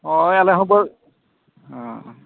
ᱦᱚᱭ ᱟᱞᱮᱦᱚᱸ ᱵᱟᱹ ᱦᱮᱸ